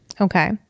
Okay